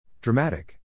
Dramatic